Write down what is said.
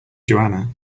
joanna